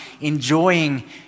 enjoying